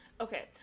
Okay